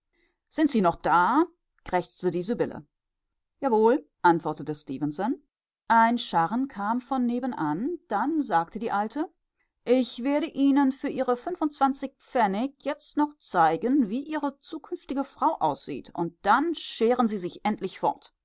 sind sie noch da krächzte die sibylle jawohl antwortete stefenson ein scharren kam von nebenan dann sagte die alte ich werde ihnen für ihre fünfundzwanzig pfennig jetzt noch zeigen wie ihre künftige frau aussieht und dann scheren sie sich endlich fort